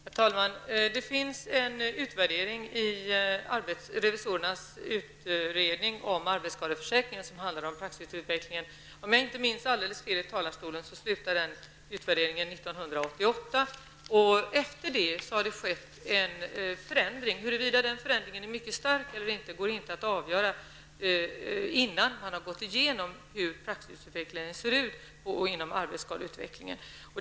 Herr talman! Det finns en utvärdering i revisorernas utredning om arbetsskadeförsäkringen. Denna utvärdering handlar om praxisutvecklingen. Om jag inte minns alldeles fel, blev utvärderingen klar 1988. Efter den tidpunkten har det skett en förändring. Huruvida denna förändring är stark eller inte går inte att avgöra innan man har gått igenom hur praxisutvecklingen när det gäller arbetsskador ser ut.